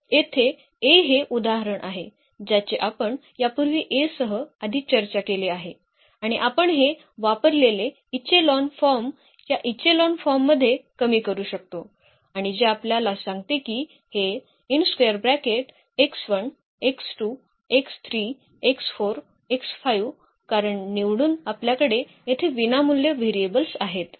तर येथे A हे उदाहरण आहे ज्याचे आपण यापूर्वी A सह आधी चर्चा केले आहे आणि आपण हे वापरलेले इचेलॉन फॉर्म या इचेलॉन फॉर्म मध्ये कमी करू शकतो आणि जे आपल्याला सांगते की हे कारण निवडून आपल्याकडे येथे विनामूल्य व्हेरिएबल्स आहेत